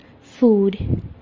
food